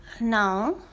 Now